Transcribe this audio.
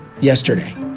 yesterday